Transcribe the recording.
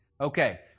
Okay